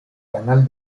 canal